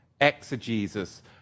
exegesis